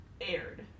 aired